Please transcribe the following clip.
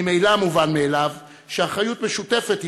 ממילא מובן מאליו שאחריות משותפת היא